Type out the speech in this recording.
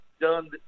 done